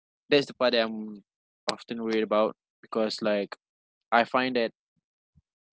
that's the part that I'm often worry about because like I find that